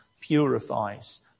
purifies